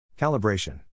Calibration